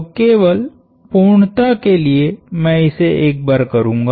तो केवल पूर्णता के लिए मैं इसे एक बार करूँगा